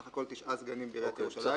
סך הכל תשעה סגנים בעיריית ירושלים.